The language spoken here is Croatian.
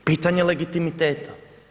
Pitanje legitimiteta.